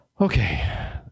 okay